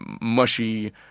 mushy